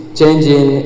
changing